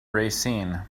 racine